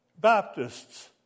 Baptists